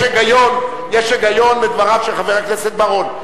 יש היגיון בדבריו של חבר הכנסת בר-און.